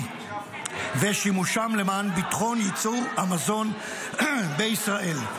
ושימושם למען ביטחון ייצור המזון בישראל.